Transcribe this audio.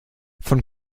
von